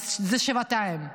אז זה שבעתיים.